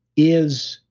is,